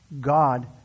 God